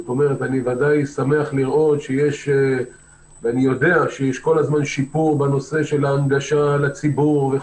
אני ודאי שמח ואני יודע שיש כל הזמן שיפור בנושא של ההנגשה לציבור.